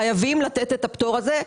חייבים לתת את הפטור הזה.